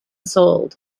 sold